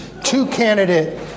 two-candidate